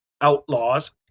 outlaws